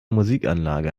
musikanlage